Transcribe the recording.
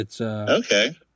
Okay